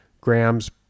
grams